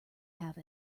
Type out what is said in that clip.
have